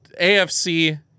AFC